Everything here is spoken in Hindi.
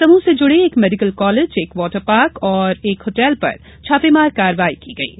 समूह से जुड़े एक मेडिकल कॉलेज एक वॉटर पार्क और एक होटल पर छापेमार कार्रवाई की गई है